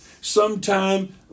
sometime